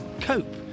cope